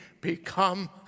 become